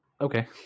okay